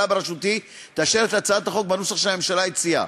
בראשותי תאשר את הצעת החוק בנוסח שהממשלה הציעה,